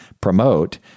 promote